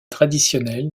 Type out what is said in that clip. traditionnel